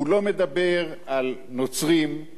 הוא לא מדבר על נוצרים,